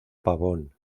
pavón